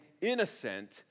innocent